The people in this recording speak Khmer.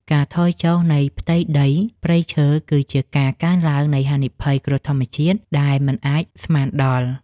ការថយចុះនៃផ្ទៃដីព្រៃឈើ គឺជាការកើនឡើងនៃហានិភ័យគ្រោះធម្មជាតិដែលមិនអាចស្មានដល់។